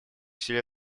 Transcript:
усилия